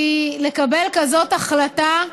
כי לקבל כזאת החלטה,